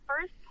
first